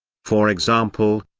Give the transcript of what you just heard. for example,